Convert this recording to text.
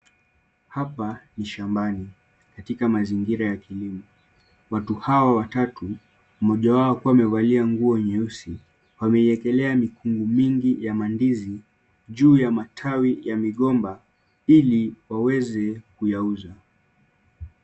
Hapa ni shambani katika mazingira ya kilimo. Watu hawa watatu mmoja wao akiwa amevalia nguo nyeusi, wameiwekelea mikungu mingi ya mandizi juu ya matawi ya migomba ili waweze kuyauza.